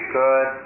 good